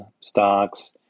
stocks